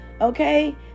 okay